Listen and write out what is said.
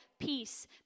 peace